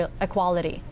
equality